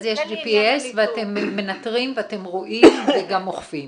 אז יש G.P.S. ואתם מנתרים ואתם רואים וגם אוכפים.